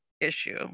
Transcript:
issue